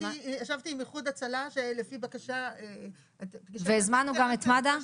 ישבתי עם איחוד הצלה שלפי בקשה -- והזמנו גם את מד"א.